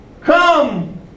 Come